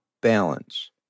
balance